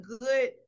good